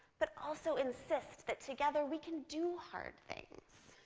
but also insist that together we can do hard things.